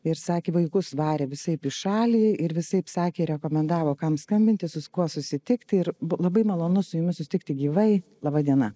ir sakė vaikus varė visaip į šalį ir visaip sakė rekomendavo kam skambinti su kuo susitikti ir buvo labai malonu su jumis susitikti gyvai laba diena